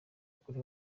kuri